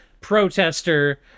protester